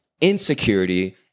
insecurity